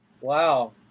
Wow